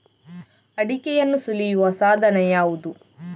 ಅಡಿಕೆಯನ್ನು ಸುಲಿಯುವ ಸಾಧನ ಯಾವುದು?